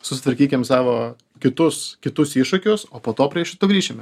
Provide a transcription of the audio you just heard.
susitvarkykim savo kitus kitus iššūkius o po to prie šito grįšime